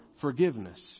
forgiveness